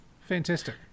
fantastic